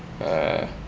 ah